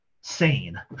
sane